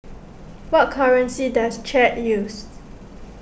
what currency does Chad used